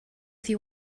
see